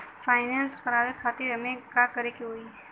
Finance करावे खातिर हमें का करे के होई?